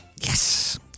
Yes